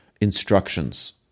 instructions